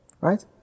Right